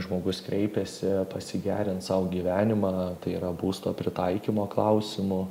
žmogus kreipiasi pasigerint sau gyvenimą tai yra būsto pritaikymo klausimu